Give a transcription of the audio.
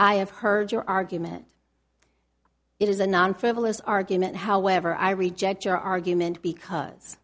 i have heard your argument it is a non frivolous argument however i reject your argument because